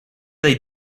they